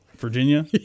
Virginia